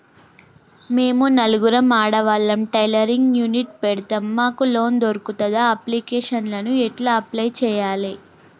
మేము నలుగురం ఆడవాళ్ళం టైలరింగ్ యూనిట్ పెడతం మాకు లోన్ దొర్కుతదా? అప్లికేషన్లను ఎట్ల అప్లయ్ చేయాలే?